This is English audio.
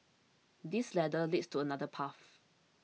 this ladder leads to another path